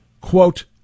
quote